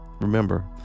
Remember